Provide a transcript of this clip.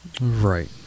Right